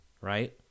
Right